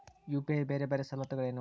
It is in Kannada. ಯು.ಪಿ.ಐ ಬೇರೆ ಬೇರೆ ಸವಲತ್ತುಗಳೇನು?